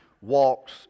walks